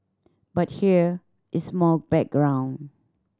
but here is more background